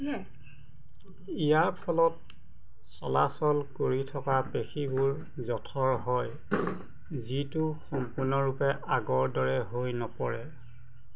ইয়াৰ ফলত চলাচল কৰি থকা পেশীবোৰ জঠৰ হয় যিটো সম্পূৰ্ণৰূপে আগৰ দৰে হৈ নপৰে